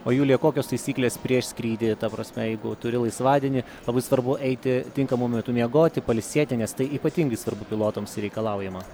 o julija kokios taisyklės prieš skrydį ta prasme jeigu turi laisvadienį labai svarbu eiti tinkamu metu miegoti pailsėti nes tai ypatingai svarbu pilotams reikalaujama